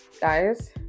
Guys